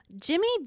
Jimmy